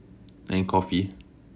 and then coffee